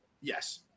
Yes